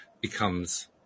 becomes